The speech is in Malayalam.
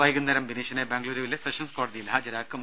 വൈകുന്നേരം ബിനീഷിനെ ബാംഗ്ലൂരുവിലെ സെഷൻസ് കോടതിയിൽ ഹാജരാക്കും